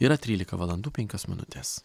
yra trylika valandų penkios minutės